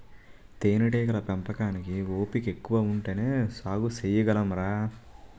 తేనేటీగల పెంపకానికి ఓపికెక్కువ ఉంటేనే సాగు సెయ్యగలంరా